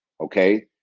okay